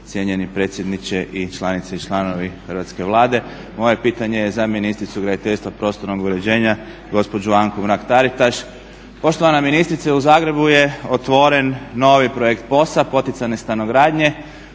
cijenjeni predsjedniče i članice i članovi Hrvatske vlade moje je pitanje za ministricu graditeljstva, prostornog uređenja gospođu Anku Mrak Taritaš. Poštovana ministrice u Zagrebu je otvoren novi projekt POS-a, poticajne stanogradnje